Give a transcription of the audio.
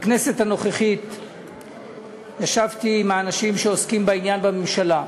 בכנסת הנוכחית ישבתי עם האנשים שעוסקים בעניין בממשלה,